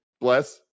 Bless